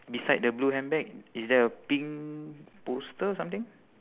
beside the blue handbag is there a pink poster or something